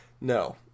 No